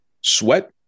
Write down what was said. sweat